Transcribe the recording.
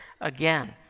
again